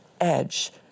edge